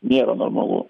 nėra normalu